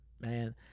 man